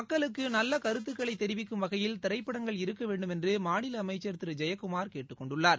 மக்களுக்கு நல்ல கருத்துக்களை கொடுக்கும் பாலமாக திரைப்படங்கள் இருக்க வேண்டுமென்று மாநில அமைச்சர் திரு ஜெயக்குமார் கேட்டுக் கொண்டுள்ளார்